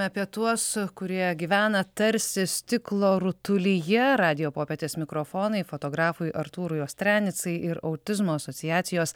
apie tuos kurie gyvena tarsi stiklo rutulyje radijo popietės mikrofonai fotografui artūrui ostrianicai ir autizmo asociacijos